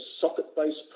socket-based